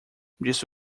disse